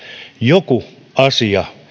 joku asia